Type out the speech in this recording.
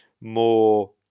more